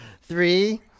Three